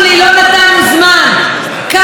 כמה שטויות אפשר לדבר?